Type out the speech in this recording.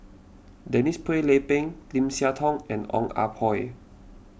Denise Phua Lay Peng Lim Siah Tong and Ong Ah Hoi